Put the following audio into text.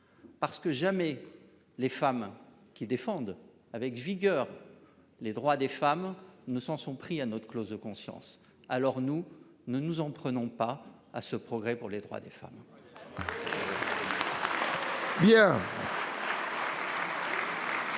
médecins. Jamais les femmes qui défendent avec vigueur les droits des femmes ne s’en sont prises à notre clause de conscience. Alors, ne nous en prenons pas à ce progrès pour les droits des femmes